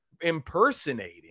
impersonating